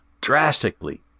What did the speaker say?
drastically